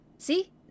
See